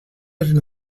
eren